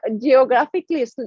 geographically